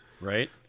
Right